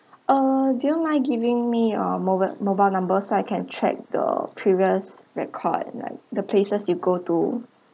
uh do you mind giving me your mobile mobile number so I can check the previous record like the places you go to